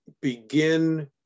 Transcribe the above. begin